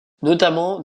notamment